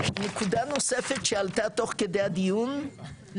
נוספת שעלתה תוך כדי הדיון,